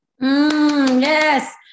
yes